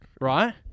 Right